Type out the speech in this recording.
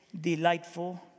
delightful